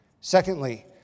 Secondly